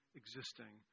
existing